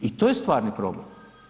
I to je stvarni problem.